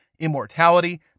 Immortality